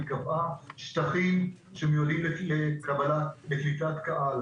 היא קבע שטחים שמיועדים לקליטת קהל.